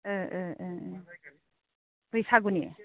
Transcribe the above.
ओ ओ ओ बैसागुनि